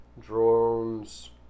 drones